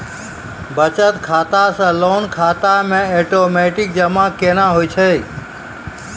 बचत खाता से लोन खाता मे ओटोमेटिक जमा केना होय छै?